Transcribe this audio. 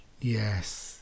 Yes